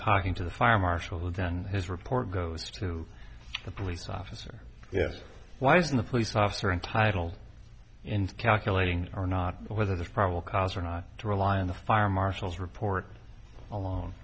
talking to the fire marshal and then his report goes to the police officer yes why isn't the police officer entitled in calculating or not whether there's probable cause or not to rely on the fire marshal's report